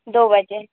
दो बजे